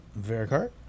Vericart